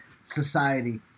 society